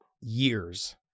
years